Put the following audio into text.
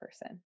person